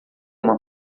uma